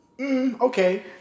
okay